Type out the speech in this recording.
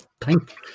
thank